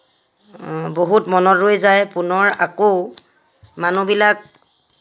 বহুত মনত ৰৈ যায় পুনৰ আকৌ মানুহবিলাক